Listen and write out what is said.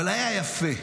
אבל היה יפה,